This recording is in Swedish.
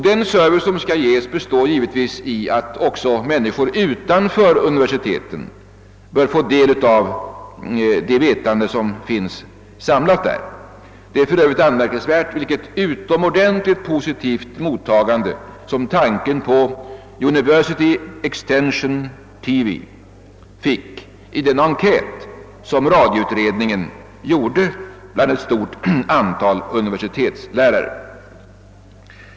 Den service som skall ges består givetvis i att också människor utanför universiteten bör få del av det vetande som finns samlat där. Det är för övrigt anmärkningsvärt vilket utomordentligt positivt mottagande som tanken på »University Extension TV» fick i den enkät som radioutredningen gjorde bland ett stort antal universitetslärare.